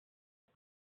ils